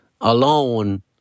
alone